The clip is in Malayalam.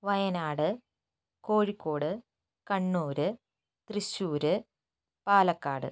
വയനാട് കോഴിക്കോട് കണ്ണൂർ തൃശ്ശൂർ പാലക്കാട്